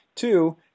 Two